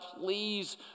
please